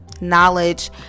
knowledge